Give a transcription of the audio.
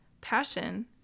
passion